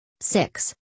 Six